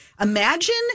imagine